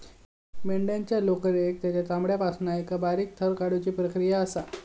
मेंढ्यांच्या लोकरेक तेंच्या चामड्यापासना एका बारीक थर काढुची प्रक्रिया असा